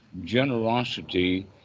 Generosity